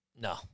No